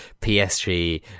PSG